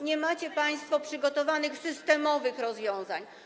Nie macie państwo przygotowanych systemowych rozwiązań.